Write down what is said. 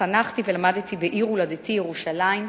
התחנכתי ולמדתי בעיר הולדתי ירושלים,